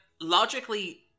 logically